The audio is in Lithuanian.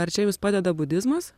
ar čia jums padeda budizmas